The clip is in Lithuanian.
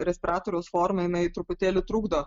respiratoriaus forma jinai truputėlį trukdo